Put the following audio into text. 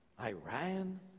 Iran